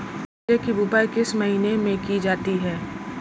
बाजरे की बुवाई किस महीने में की जाती है?